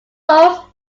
post